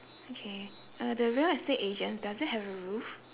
okay uh the real estate agents does it have a roof